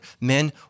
Men